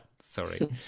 Sorry